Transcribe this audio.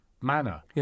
manner